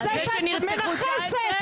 על זה שנרצחו 19 אנשים.